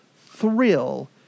thrill